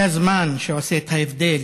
זה הזמן שעושה את ההבדל